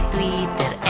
Twitter